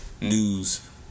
news